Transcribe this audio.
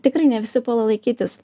tikrai ne visi puola laikytis